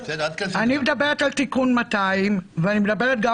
אני מדברת על תיקון 200 ואני מדברת גם